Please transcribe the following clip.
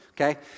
Okay